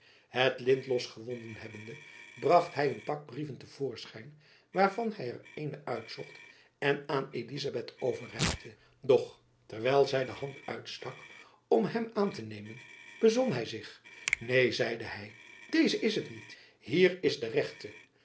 het lint losgewonden hebbende bracht hy een pak brieven te voorschijn waarvan hy er eenen uitzocht en aan elizabeth overreikte doch terwijl zy de hand uitstak om hem aan te nemen bezon hy zich neen zeide hy deze is het niet hier is de rechte